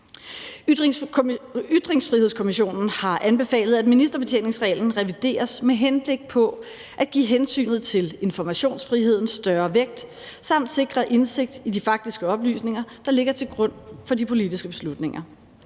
Ytringsfrihedskommissionen har anbefalet, at ministerbetjeningsreglen revideres med henblik på at give hensynet til informationsfriheden større vægt samt sikre indsigt i de faktiske oplysninger, der ligger til grund for de politiske beslutninger.